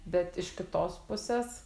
bet iš kitos pusės